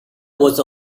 was